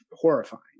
horrifying